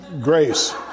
Grace